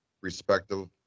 respective